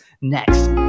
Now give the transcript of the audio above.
next